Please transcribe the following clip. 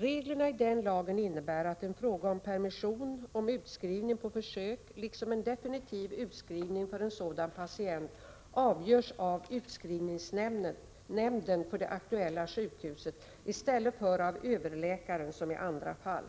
Reglerna i den lagen innebär att en fråga om permission, om utskrivning på försök liksom om definitiv utskrivning för en sådan patient avgörs av utskrivningsnämnden för det aktuella sjukhuset i stället för av överläkaren, som i andra fall.